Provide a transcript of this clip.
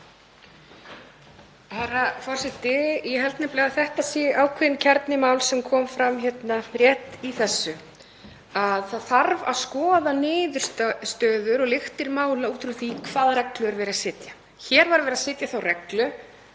það þarf að skoða niðurstöður og lyktir mála út frá því hvaða reglur er verið að setja. Hér var verið að setja þá reglu